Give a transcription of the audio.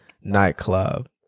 nightclub